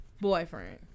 boyfriend